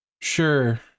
Sure